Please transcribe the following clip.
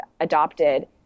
adopted